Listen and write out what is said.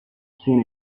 seen